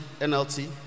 NLT